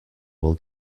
will